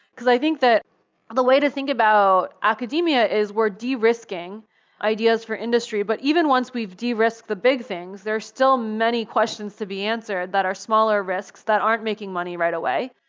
cause i think that the way to think about academia is we're de-risking ideas for industry. but even once we've de-risked the big things, there are still many questions to be answered that are smaller risks that aren't making money right away,